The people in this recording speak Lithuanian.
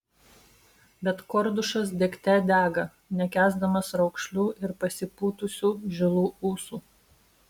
bet kordušas degte dega nekęsdamas raukšlių ir pasipūtusių žilų ūsų